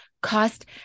cost